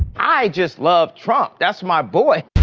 i just love trump. that's my boy